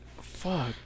Fuck